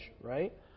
right